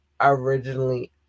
originally